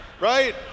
Right